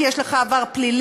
כי יש לך עבר פלילי.